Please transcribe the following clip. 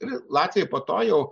ir latviai po to jau